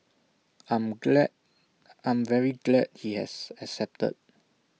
I'm glad I'm very glad he has accepted